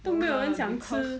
都没有人想吃